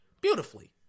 beautifully